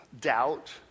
doubt